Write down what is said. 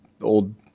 old